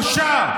בושה.